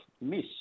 Miss